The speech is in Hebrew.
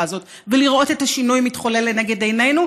הזאת ולראות את השינוי מתחולל לנגד עינינו.